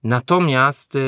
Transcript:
Natomiast